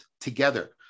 together